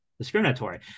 discriminatory